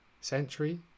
Century